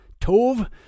Tov